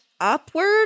upward